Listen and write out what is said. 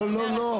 לא, לא, לא.